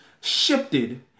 shifted